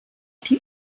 die